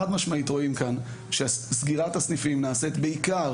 חד משמעית רואים כאן שסגירת הסניפים נעשית בעיקר